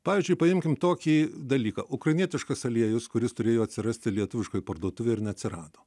pavyzdžiui paimkim tokį dalyką ukrainietiškas aliejus kuris turėjo atsirasti lietuviškoj parduotuvėj ir neatsirado